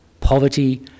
poverty